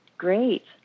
Great